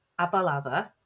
Abalava